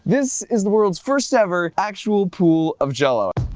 this is the world's first ever actual pool of jello!